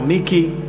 מיקי,